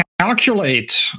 calculate